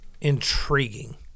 intriguing